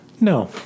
No